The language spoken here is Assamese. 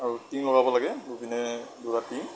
আৰু টিন লগাব লাগে দুপিনে দুটা টিন